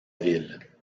ville